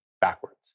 backwards